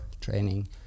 Training